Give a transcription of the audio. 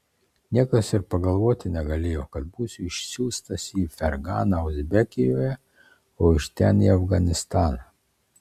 niekas ir pagalvoti negalėjo kad būsiu išsiųstas į ferganą uzbekijoje o iš ten į afganistaną